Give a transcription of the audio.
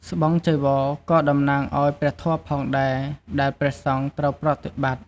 ស្បង់ចីវរក៏តំណាងឲ្យព្រះធម៌ផងដែរ ដែលព្រះសង្ឃត្រូវប្រតិបត្តិ។